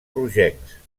rogencs